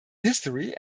history